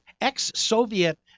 ex-Soviet